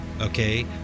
okay